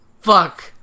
Fuck